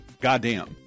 goddamn